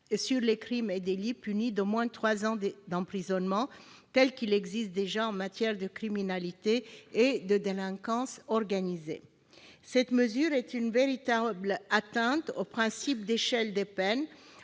sur les crimes et délits punis d'au moins trois ans d'emprisonnement, comme cela se pratique déjà en matière de criminalité et de délinquance organisées. Cette mesure est une véritable atteinte au principe d'échelle des peines